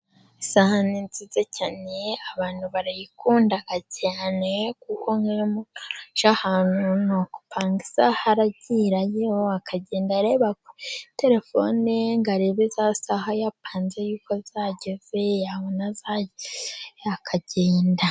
Isaha ni nziza cyane abantu barayikunda cyane, kuko iyo arajya ahantu ni ugupanga isaha aragirayo, akagenda areba kuri telefone, ngo areba ya saha yapanze ko yageze yabona yageze akagenda.